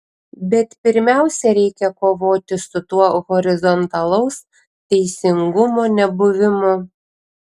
bet pirmiausia reikia kovoti su tuo horizontalaus teisingumo nebuvimu